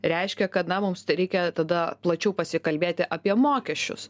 reiškia kad na mums reikia tada plačiau pasikalbėti apie mokesčius